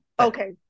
Okay